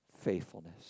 faithfulness